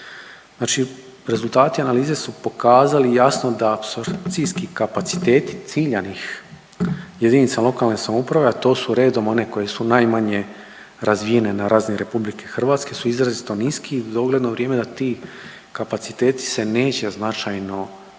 Znači rezultati analize su pokazali jasno da apsorpcijski kapaciteti ciljanih jedinica lokalne samouprave, a to su redom one koje su najmanje razvijene na razini RH su izrazito niski i za dogledno vrijeme da ti kapaciteti se neće značajno povećavati